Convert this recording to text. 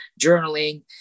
journaling